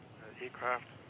aircraft